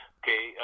okay